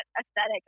aesthetic